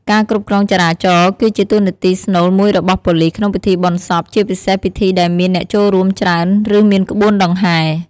ការគ្រប់គ្រងចរាចរណ៍គឺជាតួនាទីស្នូលមួយរបស់ប៉ូលីសក្នុងពិធីបុណ្យសព ជាពិសេសពិធីដែលមានអ្នកចូលរួមច្រើន ឬមានក្បួនដង្ហែ។